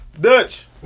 Dutch